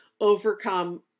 overcome